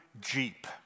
Jeep